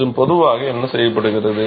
மற்றும் பொதுவாக என்ன செய்யப்படுகிறது